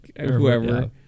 whoever